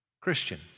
Christian